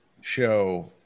show